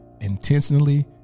intentionally